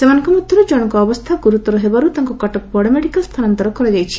ସେମାନଙ୍କ ମଧ୍ଧରୁ ଜଶଙ୍କ ଅବସ୍ଥା ଗୁରୁତର ହେବାରୁ ତାଙ୍କୁ କଟକ ବଡ଼ମେଡ଼ିକାଲ ସ୍ରୁାନାନ୍ତର କରାଯାଇଛି